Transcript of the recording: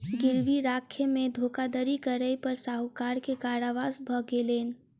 गिरवी राखय में धोखाधड़ी करै पर साहूकार के कारावास भ गेलैन